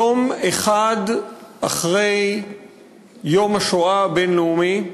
יום אחד אחרי יום השואה הבין-לאומי,